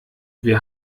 wir